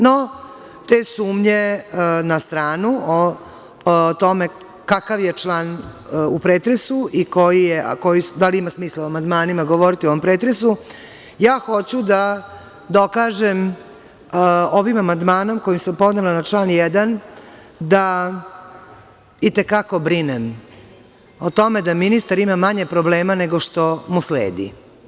Na stranu te sumnje o tome kakav je član u pretresu i da li ima smisla o amandmanima govoriti u ovom pretresu, ja hoću da dokažem ovim amandmanom koji sam podnela na član 1. da i te kako brinem o tome da ministar ima manje problema nego što mu sledi.